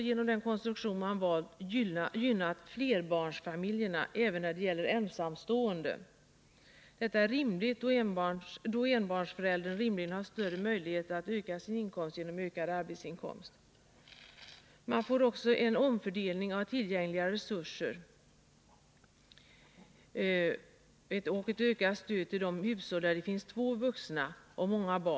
Genom den konstruktion som valts har också flerbarnsfamiljerna gynnats, även de ensamstående med många barn. Detta är befogat, då enbarnsföräldern rimligen har större möjlighet att öka sin inkomst genom en ökad arbetsinkomst. Genom en omfördelning av tillgängliga resurser ges också ett ökat stöd till de hushåll där det finns två vuxna och många barn.